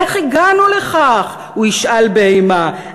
'איך הגענו לכך?' הוא ישאל באימה,